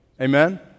Amen